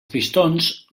pistons